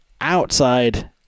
outside